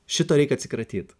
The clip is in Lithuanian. šito reikia atsikratyt